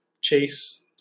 chase